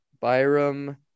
byram